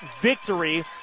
victory